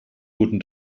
guten